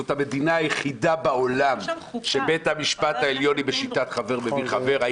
זאת המדינה היחידה בעולם שבית המשפט העליון הוא בשיטת חבר מביא חבר.